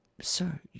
sir